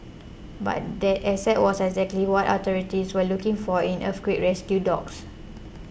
but that asset was exactly what authorities were looking for in earthquake rescue dogs